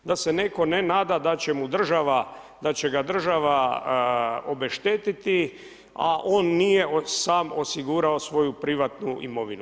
Da se netko ne nada da će mu država, da će ga država obeštetiti a on nije sam osigurao svoju privatnu imovinu.